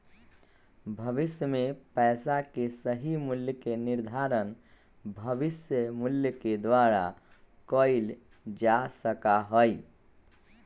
भविष्य में पैसा के सही मूल्य के निर्धारण भविष्य मूल्य के द्वारा कइल जा सका हई